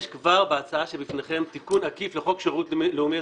יש כבר בהצעה שבפניכם תיקון עקיף לחוק שירות לאומי-אזרחי,